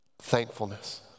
Thankfulness